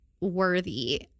worthy